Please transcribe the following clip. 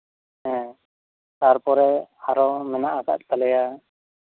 ᱦᱮᱸ ᱛᱟᱨᱯᱚᱨᱮ ᱟᱨᱚ ᱢᱮᱱᱟᱜ ᱠᱟᱜ ᱛᱟᱞᱮᱭᱟ